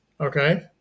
okay